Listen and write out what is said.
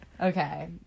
Okay